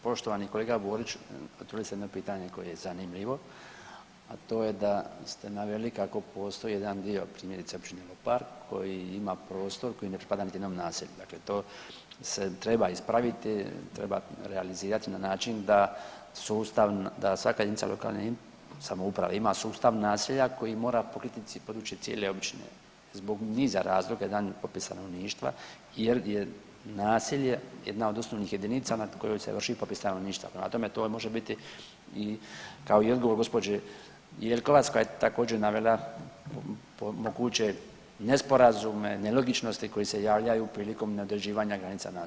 Poštovani kolega Borić, potvrdili ste jedno pitanje koje je zanimljivo, a to je da ste naveli kako postoji jedan dio, primjerice općine Lopar koji ima prostor koji ne spada niti jednom naselju, dakle to se treba ispraviti, treba realizirati na način da sustav, da svaka jedinica lokalne samouprave ima sustav naselja koje mora pokriti područje cijele općine, zbog niza razloga, jedan je popis stanovništva jer je naselje jedna od osnovnih jedinica na kojoj se vrši popis stanovništva, prema tome, to može biti i kao i odgovor gđe. Jelkovac koja je također, navela moguće nesporazume, nelogičnosti koje se javljaju prilikom neodređivanja granica naselja.